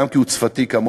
גם כי הוא צפתי כמוני,